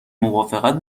موافقت